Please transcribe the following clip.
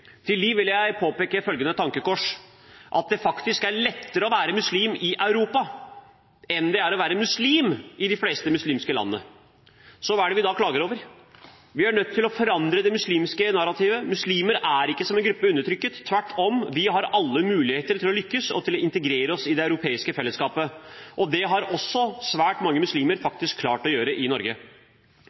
Til dem vil jeg påpeke følgende tankekors: Det er faktisk lettere å være muslim i Europa enn det er å være muslim i de fleste muslimske land. Så hva er det vi da klager over? Vi er nødt til å forandre det muslimske narrativet: Muslimer er ikke som gruppe undertrykt – tvert om, vi har alle muligheter til å lykkes og til å integrere oss i det europeiske fellesskapet. Det har også svært mange muslimer faktisk klart å gjøre i Norge.